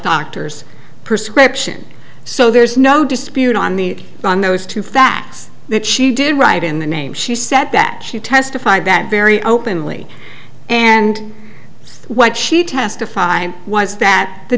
doctor's prescription so there's no dispute on the on those two facts that she did write in the name she said that she testified that very openly and what she testified was that the